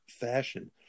fashion